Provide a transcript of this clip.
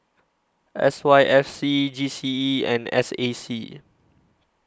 S Y F C G C E and S A C